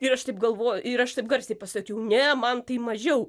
ir aš taip galvoju ir aš taip garsiai pasakiau ne man tai mažiau